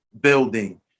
building